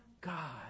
God